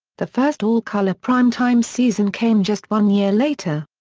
the first all-color prime-time season came just one year later.